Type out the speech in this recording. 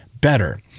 better